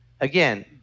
again